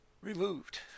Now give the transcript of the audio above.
removed